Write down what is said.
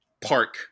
park